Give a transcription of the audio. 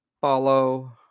follow